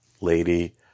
lady